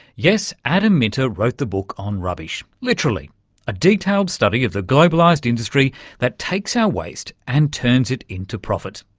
yes, adam minter wrote the book on rubbish, literally a detailed study of the globalised industry that takes our waste and turns it into profit,